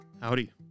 Howdy